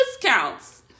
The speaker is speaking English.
discounts